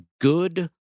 good